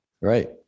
Right